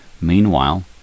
Meanwhile